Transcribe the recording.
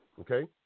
Okay